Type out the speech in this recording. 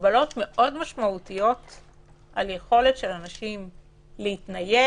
הגבלות משמעותיות מאוד על היכולת של אנשים להתנייד,